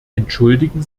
entschuldigen